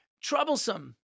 troublesome